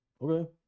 okay